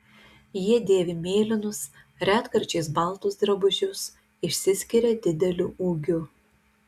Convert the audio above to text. jie dėvi mėlynus retkarčiais baltus drabužius išsiskiria dideliu ūgiu